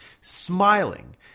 Smiling